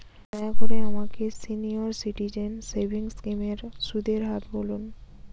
দয়া করে আমাকে সিনিয়র সিটিজেন সেভিংস স্কিমের সুদের হার বলুন